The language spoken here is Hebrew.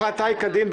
ההחלטה היא כדין,